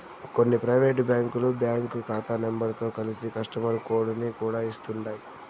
కొన్ని పైవేటు బ్యాంకులు బ్యాంకు కాతా నెంబరుతో కలిసి కస్టమరు కోడుని కూడా ఇస్తుండాయ్